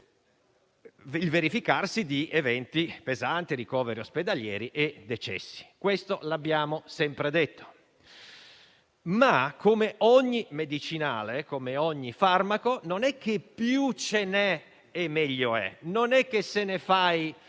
e il verificarsi di eventi come ricoveri ospedalieri e decessi. Questo l'abbiamo sempre detto. Ma, come ogni medicinale e come ogni farmaco, non è che più ce n'è e meglio è. Ci sono tantissimi